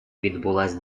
відбулася